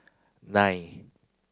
nine